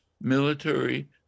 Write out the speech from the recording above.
military